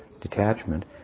detachment